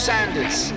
Sanders